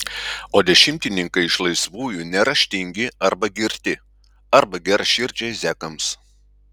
o dešimtininkai iš laisvųjų neraštingi arba girti arba geraširdžiai zekams